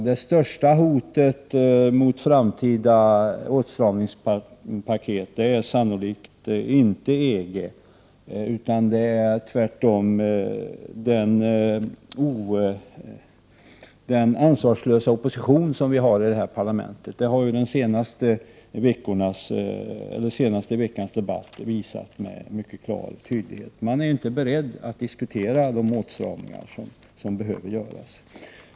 Det största hotet mot framtida åtstramningspaket är sannolikt inte EG utan tvärtom den ansvarslösa opposition som vi har i det här parlamentet; det har den senaste veckans debatt visat med stor tydlighet. Man är inte beredd att diskutera de åtstramningar som behöver göras.